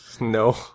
no